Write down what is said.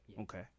okay